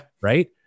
Right